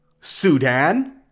Sudan